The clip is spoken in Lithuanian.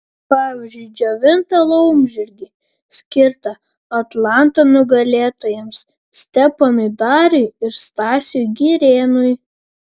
pavyzdžiui džiovintą laumžirgį skirtą atlanto nugalėtojams steponui dariui ir stasiui girėnui